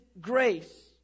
grace